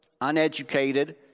uneducated